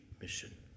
mission